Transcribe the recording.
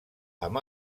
amb